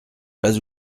pas